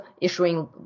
issuing